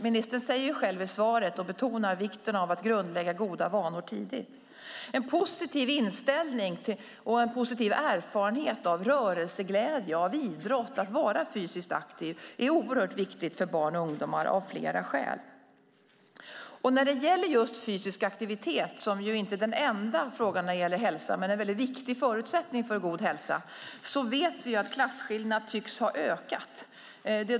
Ministern betonar själv i svaret vikten av att grundlägga goda vanor tidigt. Positiv inställning till och positiv erfarenhet av rörelseglädje, av idrott, av att vara fysiskt aktiv, är oerhört viktigt för barn och ungdomar av flera skäl. När det gäller just fysisk aktivitet - som inte är den enda frågan när det gäller hälsa men en viktig förutsättning för god hälsa - vet vi att klasskillnaderna tycks ha ökat.